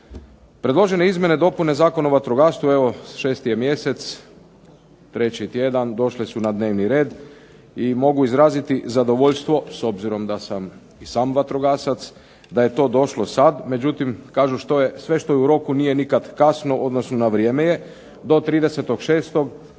Predložene izmjene i dopune Zakona o vatrogastvu, evo 6. je mjesec, treći tjedan, došle su na dnevni red i mogu izraziti zadovoljstvo s obzirom da sam i sam vatrogasac da je to došlo sad, međutim kažu sve što je u roku nije nikad kasno, odnosno na vrijeme je. Do 30.06.